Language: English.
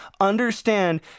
understand